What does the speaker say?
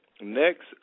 next